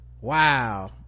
wow